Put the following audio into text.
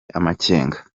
amakenga